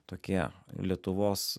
tokie lietuvos